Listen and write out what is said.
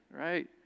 right